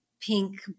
pink